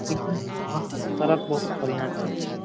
सड़क बहुत बढ़िआँ छै